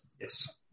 Yes